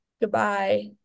goodbye